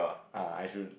ah I should